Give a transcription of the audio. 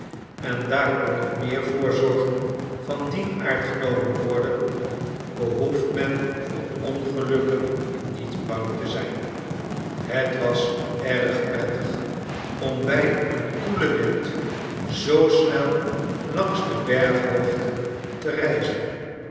en daar er nog meer voorzorgen van dien aard genomen worden behoeft men voor ongelukken niet bang te zijn het was erg prettig om bij een koelen wind zoo snel langs de berghoogten te reizen